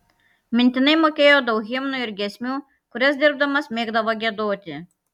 mintinai mokėjo daug himnų ir giesmių kurias dirbdamas mėgdavo giedoti